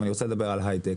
ואני רוצה לדבר על היי-טק,